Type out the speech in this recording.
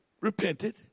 Repented